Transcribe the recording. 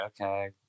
okay